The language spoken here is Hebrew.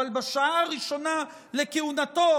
אבל בשעה הראשונה לכהונתו,